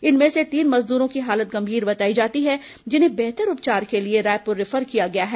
इनमें से तीन मजदूरों की हालत गंभीर बताई जाती है जिन्हें बेहतर उपचार के लिए रायपुर रिफर किया गया है